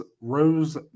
Rose